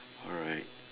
alright